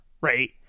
right